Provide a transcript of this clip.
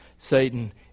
Satan